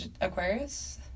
Aquarius